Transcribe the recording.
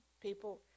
people